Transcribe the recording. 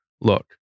look